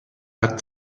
hat